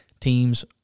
teams